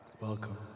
welcome